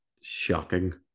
shocking